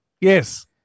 Yes